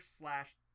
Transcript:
slash